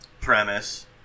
premise